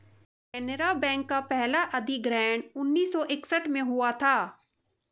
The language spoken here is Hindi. केनरा बैंक का पहला अधिग्रहण उन्नीस सौ इकसठ में हुआ था